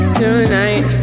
tonight